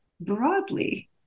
broadly